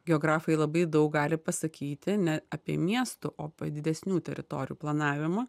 geografai labai daug gali pasakyti ne apie miestų o didesnių teritorijų planavimą